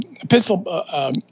epistle